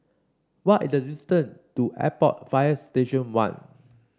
what is the distance to Airport Fire Station One